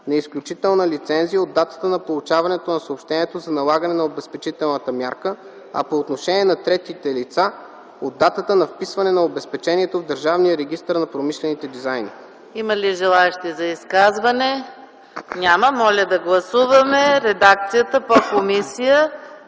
на изключителна лицензия от датата на получаване на съобщението за налагане на обезпечителната мярка, а по отношение на третите лица – от датата на вписване на обезпечението в Държавния регистър на промишлените дизайни.” ПРЕДСЕДАТЕЛ ЕКАТЕРИНА МИХАЙЛОВА: Има ли желаещи за изказвания? Няма. Моля да гласуваме редакцията по комисия